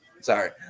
Sorry